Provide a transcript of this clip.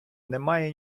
немає